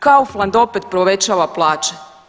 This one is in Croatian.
Kaufland opet povećava plaće.